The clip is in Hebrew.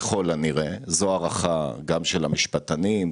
וזאת הערכה גם של המשפטנים,